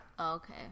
okay